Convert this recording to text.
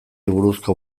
buruzko